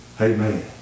Amen